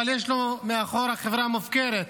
אבל יש לנו מאחור חברה מופקרת,